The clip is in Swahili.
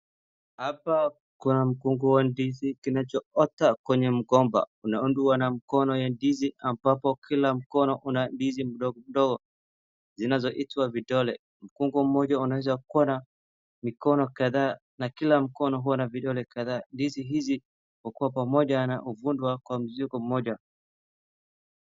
Hapa kuna mkunga wa ndizi kinachoota kwenye mgomba. Kunaundwa na mkono ya ndizi ambapo kila mkono una ndizi mdogo mdogo zinazoitwa vidole. Mkunga mmoja unaweza kuwa na mkono kadhaa na kila mkono huwa na vidole kadhaa. Ndizi hizi hukuwa kwa pamoja na huvunwa kwa mzigo mmoja.